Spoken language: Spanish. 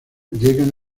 llegan